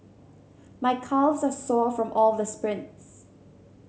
my calves are sore from all the sprints